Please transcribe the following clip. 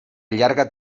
llarga